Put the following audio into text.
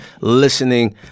listening